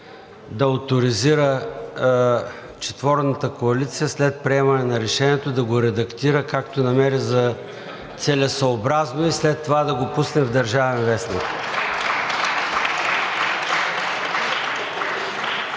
да оторизира четворната коалиция след приемане на решението да го редактира както намери за целесъобразно и след това да го пусне в „Държавен вестник“.“